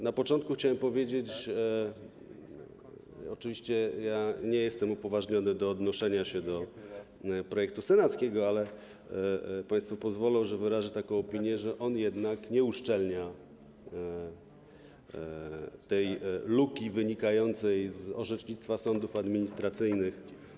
Na początku chciałem powiedzieć, oczywiście nie jestem upoważniony do odnoszenia się do projektu senackiego, ale państwo pozwolą, że wyrażę taką opinię, że on jednak nie uszczelnia tej luki wynikającej z orzecznictwa sądów administracyjnych.